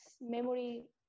memory